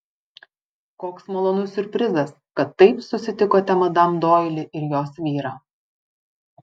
koks malonus siurprizas kad taip susitikote madam doili ir jos vyrą